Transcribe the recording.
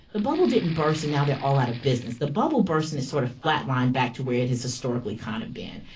the bubble didn't burst and now they're all out of business, the bubble burst and it sort of flat-lined back to where it has historically kind of been.